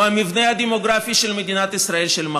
הוא המבנה הדמוגרפי של מדינת ישראל של מחר.